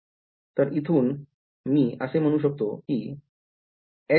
तर इथून मी असे म्हणू शकतो कि